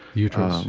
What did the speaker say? uterus. um